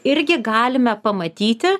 irgi galime pamatyti